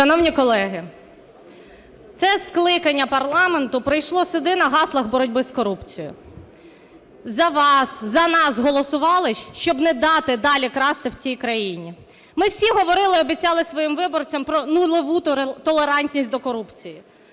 Шановні колеги, це скликання парламенту прийшло сюди на гаслах боротьби з корупцією. За вас, за нас голосували, щоб не дати далі красти в цій країні. Ми всі говорили, обіцяли своїм виборцям про нульову толерантність до корупції.